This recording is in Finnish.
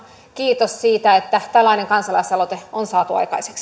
kiitos siitä että tällainen kansalaisaloite on saatu aikaiseksi